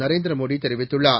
Narendra மோடிதெரிவித்துள்ளார்